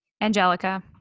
Angelica